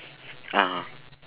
(uh huh)